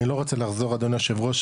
אני לא רוצה לחזור אדוני היושב ראש,